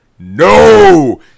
No